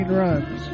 runs